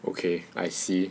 okay I see